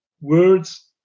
words